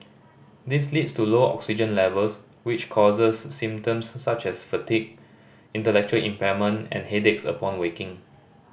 this leads to low oxygen levels which causes symptoms such as fatigue intellectual impairment and headaches upon waking